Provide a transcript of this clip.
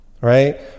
Right